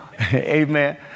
Amen